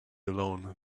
alone